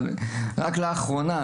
אבל רק לאחרונה,